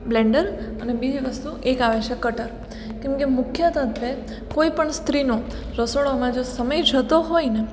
Blender અને બીજી વસ્તુ એક આવે છે ક્ટર કેમ કે મુખ્યત્ત્વે કોઈપણ સ્ત્રીનું રસોડામાં જો સમય જતો હોય ને